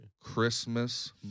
christmas